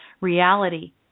Reality